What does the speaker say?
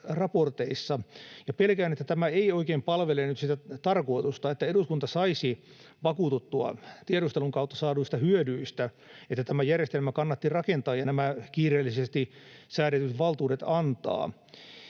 raporteissa. Ja pelkään, että tämä ei oikein palvele nyt sitä tarkoitusta, että eduskunta saisi vakuututtuaan tiedustelun kautta saaduista hyödyistä, että tämä järjestelmä kannatti rakentaa ja nämä kiireellisesti säädetyt valtuudet antaa.